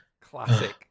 classic